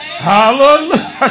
Hallelujah